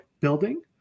building